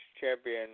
champion